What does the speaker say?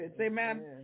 amen